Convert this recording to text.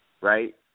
right